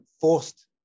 forced